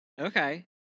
Okay